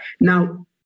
Now